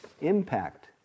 Impact